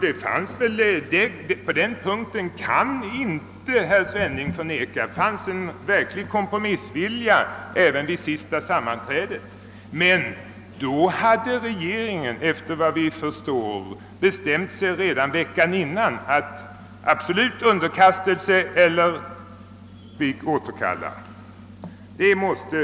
Det fanns — och det kan väl herr Svenning inte förneka — en verklig kompromissvilja även under det sista sammanträdet. Men regeringen hade tydligen redan veckan förut bestämt sig: absolut underkastelse eller återkallande av propositionen.